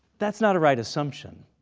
that's not a right assumption.